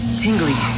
tingly